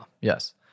Yes